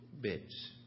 bits